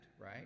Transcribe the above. right